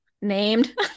named